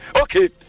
Okay